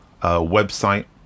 website